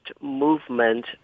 movement